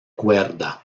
cuerda